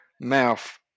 mouth